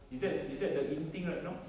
is that is that the in thing right now